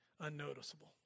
unnoticeable